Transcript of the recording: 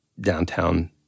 downtown